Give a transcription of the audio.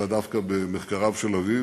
אלא דווקא במחקריו של אבי,